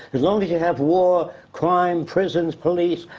as long as you have war, crime, prisons, police.